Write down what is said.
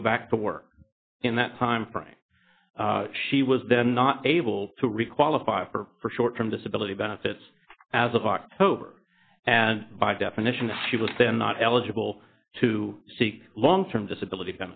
to go back to work in that time frame she was then not able to requalify for her short term disability benefits as of october and by definition she was then not eligible to seek long term disability